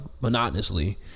monotonously